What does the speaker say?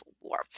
War